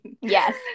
Yes